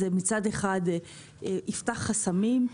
מצד אחד זה יפתח חסמים,